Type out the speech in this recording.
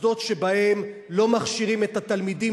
מוסדות שבהם לא מכשירים את התלמידים